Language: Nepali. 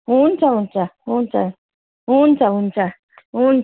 हुन्छ हुन्छ हुन्छ हुन्छ हुन्छ हुन्